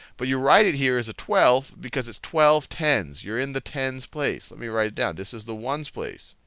but you write it here as a twelve because it's twelve tens. you're in the tens place. let me write it down. this is the ones place.